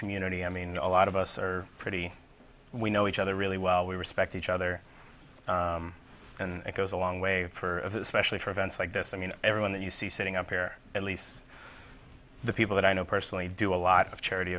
community i mean a lot of us are pretty we know each other really well we respect each other and it goes a long way for us especially for events like this i mean everyone that you see sitting up here at least the people that i know personally do a lot of charity